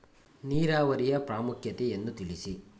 ನೀರಾವರಿಯ ಪ್ರಾಮುಖ್ಯತೆ ಯನ್ನು ತಿಳಿಸಿ?